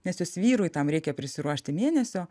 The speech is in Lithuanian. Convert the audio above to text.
nes jos vyrui tam reikia prisiruošti mėnesio